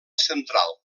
central